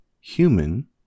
human